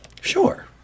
Sure